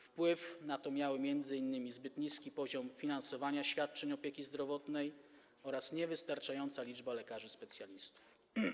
Wpływ na to miały m.in. zbyt niski poziom finansowania świadczeń opieki zdrowotnej oraz niewystarczająca liczba lekarzy specjalistów.